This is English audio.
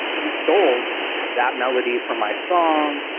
you stole that melody from my song.